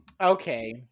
Okay